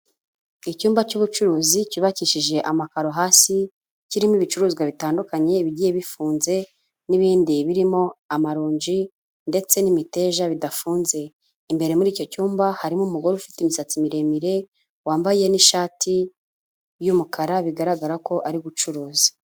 Icyumba cy'ubucuruzi cyubakishije amakaro hasi, kirimo ibicuruzwa bitandukanye bigiye bifunze n'ibindi birimo amaronji ndetse n'imiteja bidafunze, imbere muri icyo cyumba harimo umugore ufite imisatsi miremire, wambaye n'ishati y'umukara, bigaragara ko ari gucuruza.